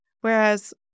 Whereas